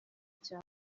cya